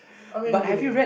I mean really